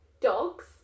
Dogs